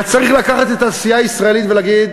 צריך לקחת את התעשייה הישראלית ולהגיד: